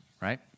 Right